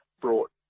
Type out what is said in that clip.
brought